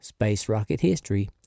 spacerockethistory